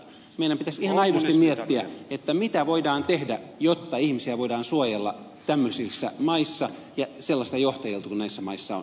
meidän pitäisi ihan aidosti miettiä mitä voidaan tehdä jotta ihmisiä voidaan suojella tämmöisissä maissa ja sellaisilta johtajilta kuin näissä maissa on